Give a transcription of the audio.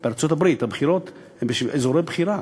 בארצות-הברית, הבחירות הן באזורי בחירה.